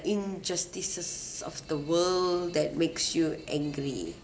injustices of the world that makes you angry